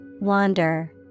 Wander